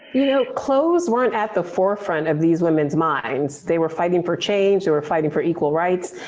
you know, clothes weren't at the forefront of these women's minds. they were fighting for change. they were fighting for equal rights.